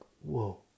whoa